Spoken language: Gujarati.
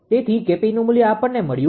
તેથી 𝐾𝑝નુ મૂલ્ય આપણને મળ્યું